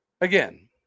again